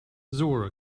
zora